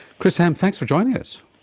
chris ham, thanks for joining us.